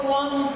one